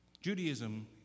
Judaism